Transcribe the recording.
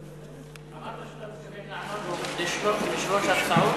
אמרת שאתה מתכוון לענות על שלוש הצעות?